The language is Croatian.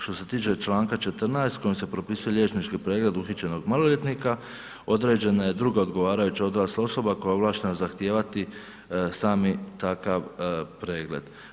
Što se tiče Članka 14. kojim se propisuje liječnički pregled uhićenog maloljetnika određena je druga odgovarajuća odrasla osoba koja je ovlaštena zahtijevati sami takav pregled.